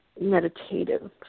meditative